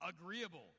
Agreeable